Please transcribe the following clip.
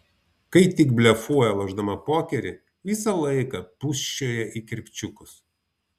kai tik blefuoja lošdama pokerį visą laiką pūsčioja į kirpčiukus